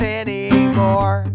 anymore